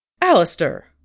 Alistair